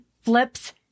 flips